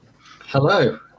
Hello